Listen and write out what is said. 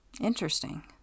Interesting